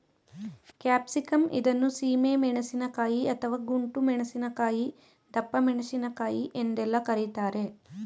capsicum ಇದನ್ನು ಸೀಮೆ ಮೆಣಸಿನಕಾಯಿ, ಅಥವಾ ಗುಂಡು ಮೆಣಸಿನಕಾಯಿ, ದಪ್ಪಮೆಣಸಿನಕಾಯಿ ಎಂದೆಲ್ಲ ಕರಿತಾರೆ